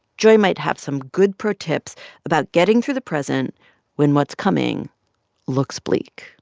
joy might have some good pro tips about getting through the present when what's coming looks bleak